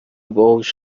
باهوش